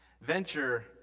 Venture